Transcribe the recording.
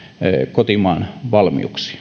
kotimaan valmiuksiin